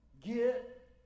Get